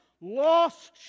lost